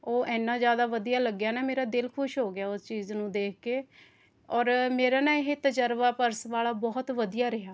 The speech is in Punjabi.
ਓਹੋ ਇਹਨਾਂ ਜ਼ਿਆਦਾ ਵਧੀਆ ਲੱਗਿਆ ਨਾ ਕਿ ਮੇਰਾ ਦਿਲ ਖੁਸ਼ ਹੋ ਗਿਆ ਉਸ ਚੀਜ਼ ਨੂੰ ਦੇਖ ਕੇ ਔਰ ਮੇਰਾ ਨਾ ਇਹ ਤਜ਼ਰਬਾ ਪਰਸ ਵਾਲਾ ਬਹੁਤ ਵਧੀਆ ਰਿਹਾ